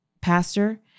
pastor